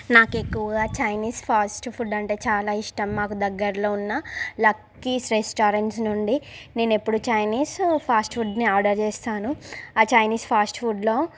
నాకెక్కువగా Chinese fast food అంటే చాలా ఇష్టం మాకు దగ్గర్లో ఉన్న లక్కీస్ రెస్టారెంట్స్ నుండి నేను ఎప్పుడూ చైనీస్ ఫాస్ట్ ఫుడ్నే ఆర్డర్ చేస్తాను ఆ చైనీస్ ఫాస్ట్ ఫుడ్లో